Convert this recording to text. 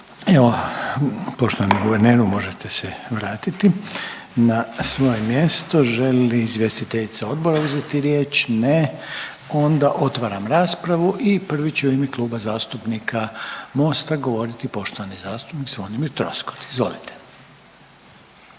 Evo poštovani guverneru možete se vratiti na svoje mjesto. Želi li izvjestiteljica odbora uzeti riječ? Ne, onda otvaram raspravu i prvi će u ime Kluba zastupnika MOST-a govoriti poštovani zastupnik Zvonimir Troskot. Izvolite.